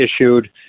issued